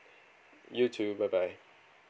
you too bye bye